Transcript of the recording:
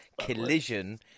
Collision